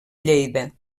lleida